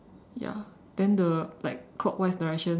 ya then the like clockwise direction